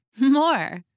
more